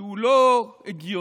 שהוא לא הגיוני,